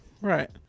Right